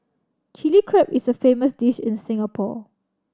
Chilli Crab is a famous dish in Singapore